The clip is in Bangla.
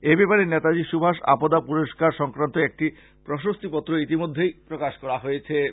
এ ব্যাপারে নেতাজি সুভাষ আপদা পুরষ্কার সংক্রান্ত একটি প্রশস্তিপত্র ইতিমধ্যেই প্রকাশ করা হয়েছে